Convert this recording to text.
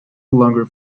longer